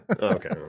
okay